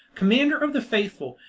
commander of the faithful,